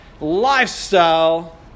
lifestyle